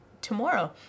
tomorrow